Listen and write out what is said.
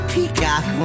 Peacock